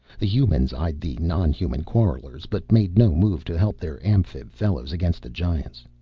the humans eyed the non-human quarrelers, but made no move to help their amphib fellows against the giants.